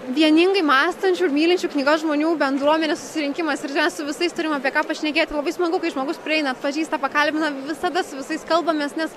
vieningai mąstančių ir mylinčių knygas žmonių bendruomenės susirinkimas ir mes su visais turime apie ką pašnekėti labai smagu kai žmogus prieina atpažįsta pakalbina visada su visais kalbamės nes